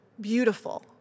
beautiful